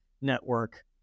network